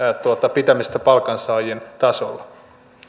pitämisestä palkansaajien tasolla